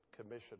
commission